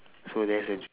so that's a